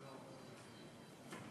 אני